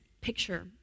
picture